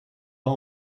pas